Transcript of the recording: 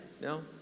No